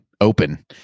open